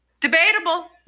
Debatable